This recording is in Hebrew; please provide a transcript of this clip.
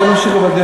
בוא נמשיך בדיון,